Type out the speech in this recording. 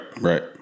right